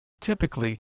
Typically